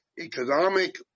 economic